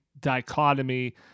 dichotomy